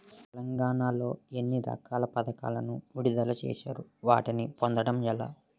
తెలంగాణ లో ఎన్ని రకాల పథకాలను విడుదల చేశారు? వాటిని పొందడం ఎలా?